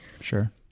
Sure